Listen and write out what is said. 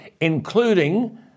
including